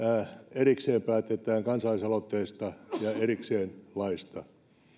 erikseen päätetään kansalaisaloitteesta ja erikseen laista